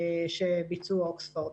שביצעו אוקספורד.